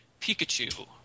pikachu